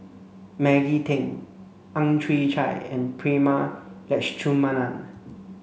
Maggie Teng Ang Chwee Chai and Prema Letchumanan